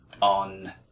on